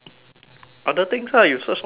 other things lah you search so many things